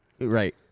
Right